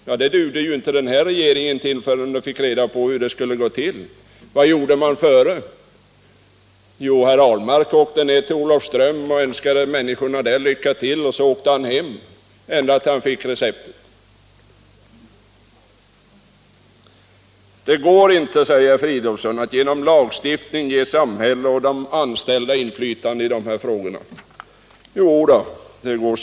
Men det dög ju inte den här regeringen till förrän den fått reda på hur det skulle gå till. Vad gjorde man dessförinnan? Jo, herr Ahlmark reste bara ner till Olofström och önskade människorna där lycka till, och sedan åkte han hem igen. Så var det ända tills han fick receptet av oss. Det går inte, säger herr Fridolfsson, att genom lagstiftning ge samhället och de anställda inflytande i de här frågorna. Jo då, det går!